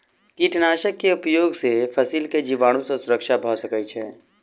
कीटनाशक के उपयोग से फसील के जीवाणु सॅ सुरक्षा भअ सकै छै